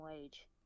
wage